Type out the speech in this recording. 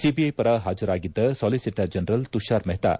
CBI ಪರ ಹಾಜರಾಗಿದ್ದ solicitor general Tushar Mehta